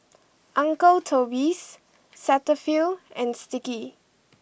Uncle Toby's Cetaphil and Sticky